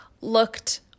looked